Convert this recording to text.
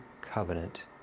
covenant